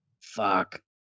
Fuck